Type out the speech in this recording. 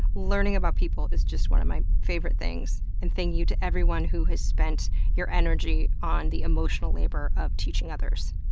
learning about people is one of my favorite things, and thank you to everyone who has spent your energy on the emotional labor of teaching others.